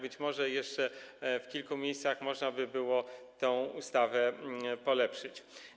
Być może jeszcze w kilku miejscach można by było tę ustawę polepszyć.